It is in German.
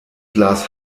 glas